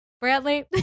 Bradley